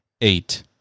eight